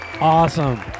awesome